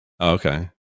Okay